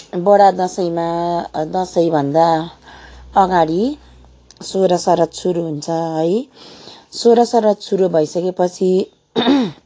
बडा दसैँमा दसैँभन्दा अगाडि सोह्र श्राद्ध सुरु हुन्छ है सोह्र श्राद्ध सुरु भइसकेपछि